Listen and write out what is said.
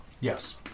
Yes